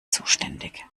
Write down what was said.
zuständig